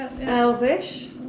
Elvish